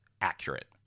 accurate